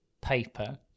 paper